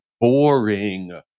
boring